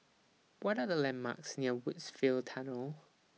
What Are The landmarks near Woodsville Tunnel